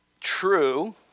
true